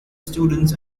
students